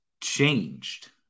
changed